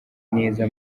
neza